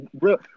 real